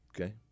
okay